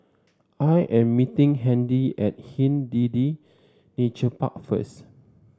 I am meeting Handy at Hindhede Nature Park first